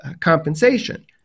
compensation